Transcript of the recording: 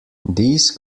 these